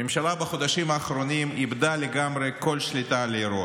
הממשלה בחודשים האחרונים איבדה לגמרי כל שליטה על האירוע.